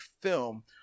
film